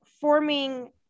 forming